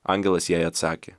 angelas jai atsakė